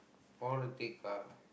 I want to take car